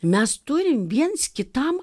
mes turim viens kitam